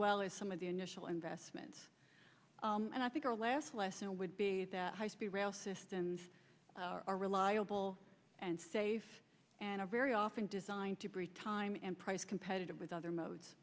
well as some of the initial investment and i think our last lesson would be that high speed rail systems are reliable and safe and a very often designed to free time and price competitive with other mo